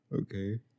Okay